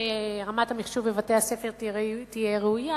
ורמת המחשוב בבתי-הספר תהיה ראויה,